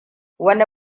wani